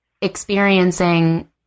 experiencing